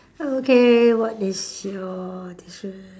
okay what is your